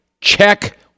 Check